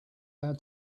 our